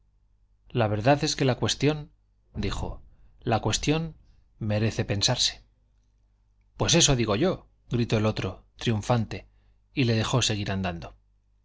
la sotana la verdad es que la cuestión dijo la cuestión merece pensarse pues eso digo yo gritó el otro triunfante y le dejó seguir andando